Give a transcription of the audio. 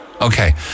okay